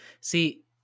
See